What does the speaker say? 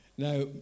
Now